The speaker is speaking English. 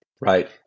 Right